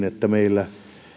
että meillä